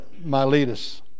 Miletus